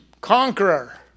conqueror